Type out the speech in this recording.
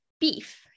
beef